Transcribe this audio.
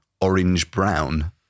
orange-brown